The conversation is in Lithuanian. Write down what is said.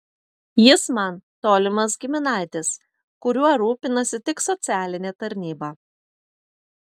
jis man tolimas giminaitis kuriuo rūpinasi tik socialinė tarnyba